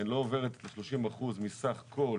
לא עוברת את ה-30% מסך כל